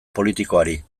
politikoari